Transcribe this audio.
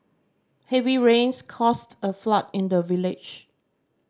heavy rains caused a flood in the village